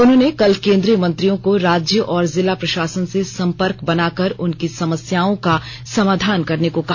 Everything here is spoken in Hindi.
उन्होंने कल केंद्रीय मंत्रियों को राज्य और जिला प्रशासन से संपर्क बनाकर उनकी समस्याओं का समाधान करने को कहा